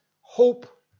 hope